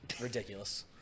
Ridiculous